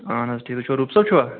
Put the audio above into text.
اہن حظ ٹھیٖکھٕے چھوا روٗف صٲب چھُوا